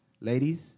Ladies